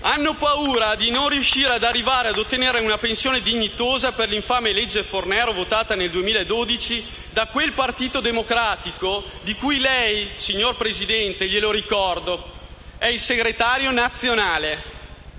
hanno paura di non riuscire ad ottenere una pensione dignitosa per l'infame legge Fornero, votata nel 2012 da quel Partito Democratico di cui lei, signor Presidente del Consiglio - glielo ricordo - è il segretario nazionale.